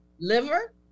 liver